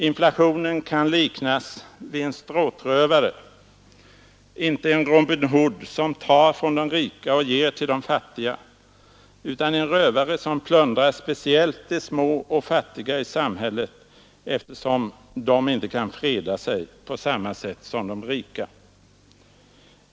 Inflationen kan liknas vid en stråtrövare — inte en Robin Hood som tar från de rika och ger till de fattiga, utan en rövare som plundrar speciellt de små och fattiga i samhället eftersom dessa inte kan freda sig på samma sätt som de rika.